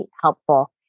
helpful